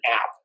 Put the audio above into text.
app